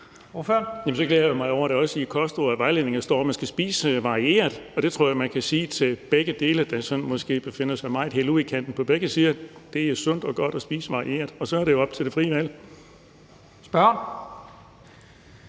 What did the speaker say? så glæder jeg mig da over, at der også i kostråd og -vejledninger står, at man skal spise varieret, og det jeg tror at man kan sige til dem, der sådan måske befinder sig helt ude i kanten på begge sider, altså at det er sundt og godt at spise varieret. Og så er det jo op til det frie valg.